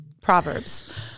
proverbs